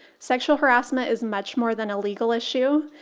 sexual harassment is much more than a legal issue.